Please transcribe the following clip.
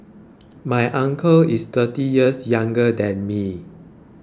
my uncle is thirty years younger than me